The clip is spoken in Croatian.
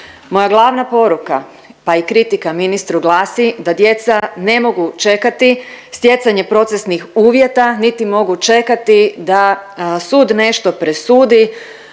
Moja glavna poruka, pa i kritika ministru glasi da djeca ne mogu čekati stjecanje procesnih uvjeta niti mogu čekati da sud nešto presudi